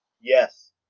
Yes